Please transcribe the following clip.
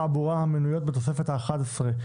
61ז לשם אכיפת עבירות תעבורה המנויות בתוספת האחת עשרה,